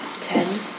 Ten